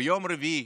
ביום רביעי